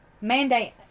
Mandate